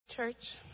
church